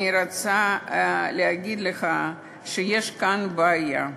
אני רוצה לומר שיש כאן בעיה.